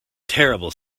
terrible